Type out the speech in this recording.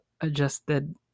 adjusted